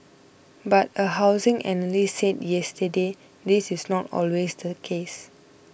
but a housing analyst said yesterday this is not always the case